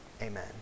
Amen